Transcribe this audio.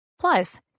Plus